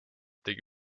tegi